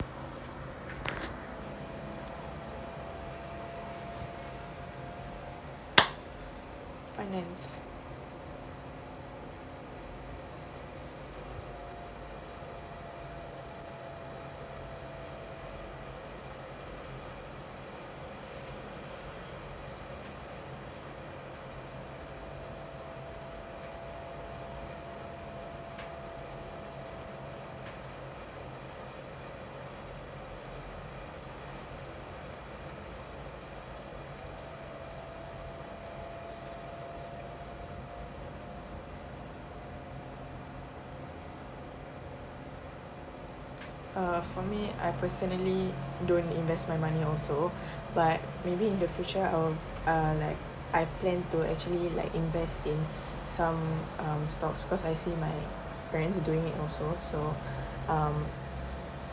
finance uh for me I personally don't invest my money also but maybe in the future I will uh like I plan to actually like invest in some um stocks because I see my friends are doing it also so um